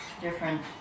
different